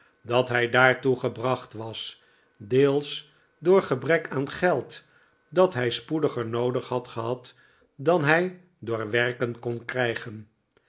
dat hij daartoe gebracht was deels door gebrek aan geld dat hij spoediger noodig had gehad dan hij door werken kon krijgen